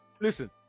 listen